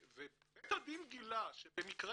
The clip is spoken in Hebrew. ובית הדין גילה שבמקרה